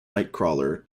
nightcrawler